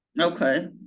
okay